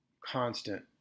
constant